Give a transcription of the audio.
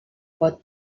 pot